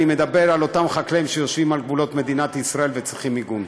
אני מדבר על אותם חקלאים שיושבים על גבולות מדינת ישראל וצריכים מיגון.